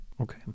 Okay